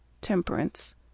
Temperance